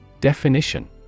Definition